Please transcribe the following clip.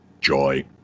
joy